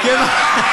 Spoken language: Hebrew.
תודה.